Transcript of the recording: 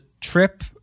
Trip